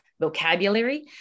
vocabulary